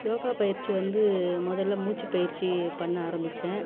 யோகா பயிற்சி வந்து முதல்ல மூச்சுப் பயிற்சி பண்ண ஆரம்பிச்சேன்